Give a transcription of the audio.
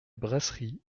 brasserie